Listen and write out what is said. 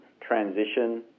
transition